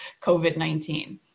COVID-19